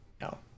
no